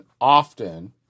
often